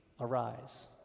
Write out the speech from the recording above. arise